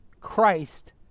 Christ